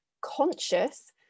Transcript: conscious